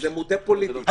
כי זה מוטה פוליטית.